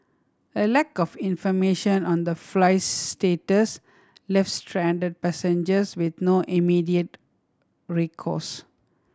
a lack of information on the flight's status left stranded passengers with no immediate recourse